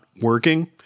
working